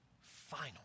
final